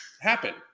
happen